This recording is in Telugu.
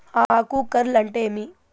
ఆకు కార్ల్ అంటే ఏమి?